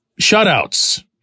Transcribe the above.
shutouts